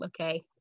okay